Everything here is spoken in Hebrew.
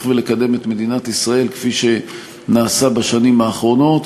ולקדם את מדינת ישראל כפי שנעשה בשנים האחרונות.